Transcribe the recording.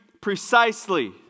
precisely